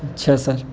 اچھا سر